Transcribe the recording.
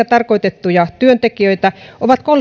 tarkoitettuja työntekijöitä ovat